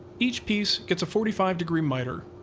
each piece gets a forty five degree miter.